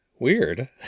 weird